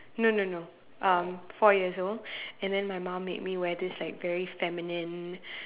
no no no um four years old and then my mum made me wear this like very feminine